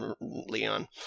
Leon